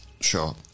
sure